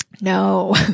no